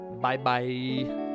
Bye-bye